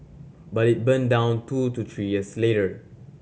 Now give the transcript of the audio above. but it burned down two to three years later